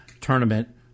tournament